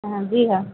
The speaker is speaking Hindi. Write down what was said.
हाँ जी हाँ